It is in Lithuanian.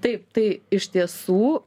taip tai iš tiesų